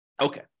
Okay